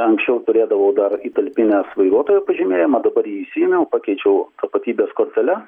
anksčiau turėdavau dar įtalpinęs vairuotojo pažymėjimą dabar jį išsiėmiau pakeičiau tapatybės kortele